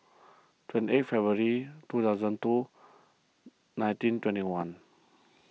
twenty eight February two thousand and two nineteen twenty one